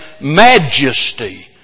majesty